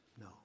No